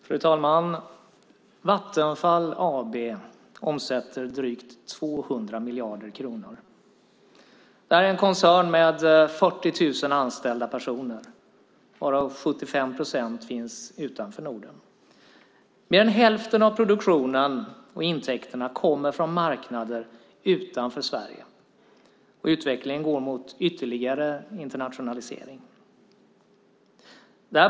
Fru talman! Vattenfall AB omsätter drygt 200 miljarder kronor. Det är en koncern med 40 000 anställda - 75 procent av dem finns utanför Norden. Mer än hälften av produktionen och intäkterna kommer från marknader utanför Sverige. Utvecklingen går mot ytterligare internationalisering.